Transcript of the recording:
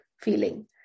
feeling